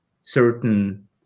certain